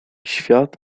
świat